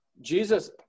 Jesus